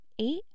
Eight